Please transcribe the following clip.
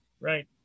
right